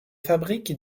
fabrique